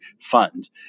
fund